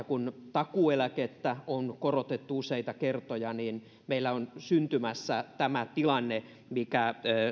kun takuueläkettä on korotettu useita kertoja niin meillä on syntymässä tämä tilanne mikä